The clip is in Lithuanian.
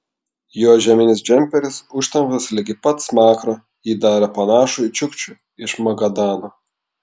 jo žieminis džemperis užtemptas ligi pat smakro jį darė panašų į čiukčių iš magadano